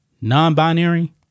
non-binary